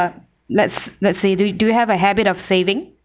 let's let's say do you do you have a habit of saving